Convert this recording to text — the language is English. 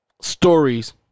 stories